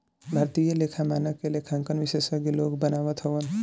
भारतीय लेखा मानक के लेखांकन विशेषज्ञ लोग बनावत हवन